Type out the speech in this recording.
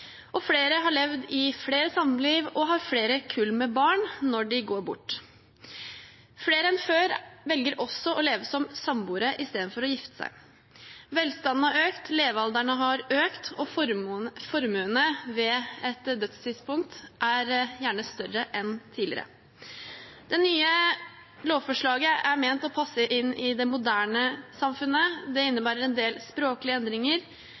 og flere har levd i flere samliv og har flere kull med barn når de går bort. Flere enn før velger å leve som samboere istedenfor å gifte seg. Velstanden har økt, levealderen har økt, og formuene ved dødstidspunkt er gjerne større enn tidligere. Det nye lovforslaget er ment å passe inn i det moderne samfunnet. Det innebærer en del språklige endringer